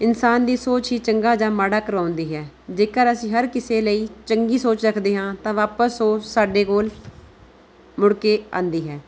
ਇਨਸਾਨ ਦੀ ਸੋਚ ਹੀ ਚੰਗਾ ਜਾਂ ਮਾੜਾ ਕਰਵਾਉਂਦੀ ਹੈ ਜੇਕਰ ਅਸੀਂ ਹਰ ਕਿਸੇ ਲਈ ਚੰਗੀ ਸੋਚ ਰੱਖਦੇ ਹਾਂ ਤਾਂ ਵਾਪਸ ਉਹ ਸਾਡੇ ਕੋਲ ਮੁੜਕੇ ਆਉਂਦੀ ਹੈ